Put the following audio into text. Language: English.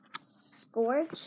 Scorch